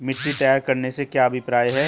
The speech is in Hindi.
मिट्टी तैयार करने से क्या अभिप्राय है?